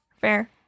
Fair